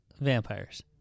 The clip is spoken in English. vampires